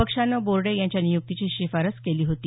पक्षानं बोर्डे यांच्या नियुक्तिची शिफारस केली होती